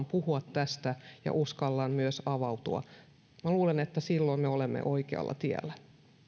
puhua tästä ja uskaltaa myös avautua minä luulen että silloin me olemme oikealla tiellä